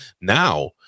Now